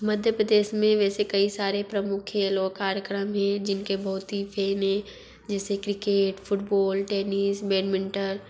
मध्य प्रदेश में वैसे कई सारे प्रमुख खेल वा कार्यक्रम हैं जिनके बहुत ही फ़ेन हैं जैसे क्रिकेट फुटबोल टेनिस बेडमिंटर